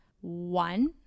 one